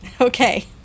Okay